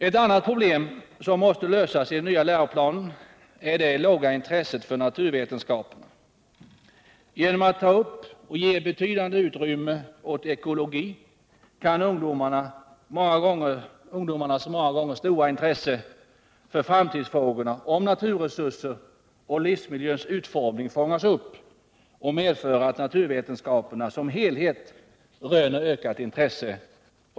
Ett annat problem som måste lösas i den nya läroplanen är det låga intresset för naturvetenskaperna. Genom att ta upp och ge betydande utrymme åt ekologi kan ungdomarnas många gånger stora intresse för framtidsfrågorna om naturresurser och livsmiljöns utformning fångas upp och medföra att naturvetenskaperna som helhet röner ökat intresse.